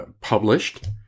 published